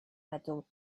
middle